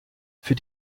für